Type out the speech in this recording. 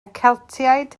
celtiaid